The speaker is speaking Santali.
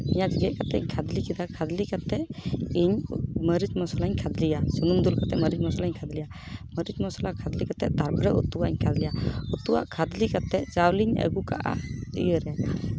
ᱯᱮᱸᱭᱟᱡᱽ ᱜᱮᱛ ᱠᱟᱛᱮᱜ ᱠᱷᱟᱫᱽᱞᱮ ᱠᱮᱫᱟ ᱠᱷᱟᱫᱽᱞᱮ ᱠᱟᱛᱮᱜ ᱤᱧ ᱢᱟᱹᱨᱤᱪ ᱢᱚᱥᱞᱟᱧ ᱠᱷᱟᱫᱽᱞᱮᱭᱟ ᱥᱩᱱᱩᱢ ᱫᱩᱞ ᱠᱟᱛᱮᱜ ᱢᱟᱹᱨᱤᱪ ᱢᱚᱥᱞᱟᱧ ᱠᱷᱟᱫᱽᱞᱮᱭᱟ ᱢᱟᱹᱨᱤᱪ ᱢᱚᱥᱞᱟ ᱠᱷᱟᱫᱽᱞᱮ ᱠᱟᱛᱮᱜ ᱛᱟᱨᱯᱚᱨᱮ ᱩᱛᱩᱣᱟᱜ ᱤᱧ ᱠᱷᱟᱫᱽᱞᱮᱭᱟ ᱩᱛᱩᱣᱟᱜ ᱠᱷᱟᱫᱽᱞᱮ ᱠᱟᱛᱮᱜ ᱪᱟᱣᱞᱮᱧ ᱟᱹᱜᱩ ᱠᱟᱜᱼᱟ ᱤᱭᱟᱹ ᱨᱮ